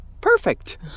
perfect